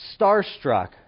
starstruck